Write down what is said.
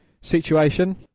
situation